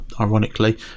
ironically